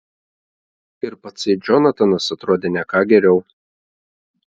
ir patsai džonatanas atrodė ne ką geriau